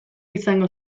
izango